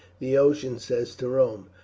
the ocean says to rome,